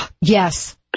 Yes